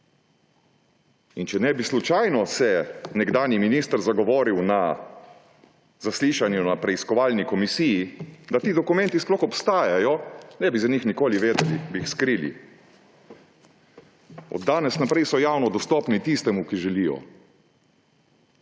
Če se ne bi slučajno nekdanji minister zagovoril na zaslišanju na preiskovalni komisiji, da ti dokumenti sploh obstajajo, ne bi za njih nikoli vedeli, bi jih skrili. Od danes naprej so javno dostopni tistemu, ki želijo.